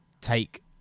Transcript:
take